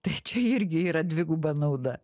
tai čia irgi yra dviguba nauda